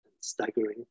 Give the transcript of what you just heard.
staggering